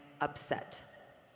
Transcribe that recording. upset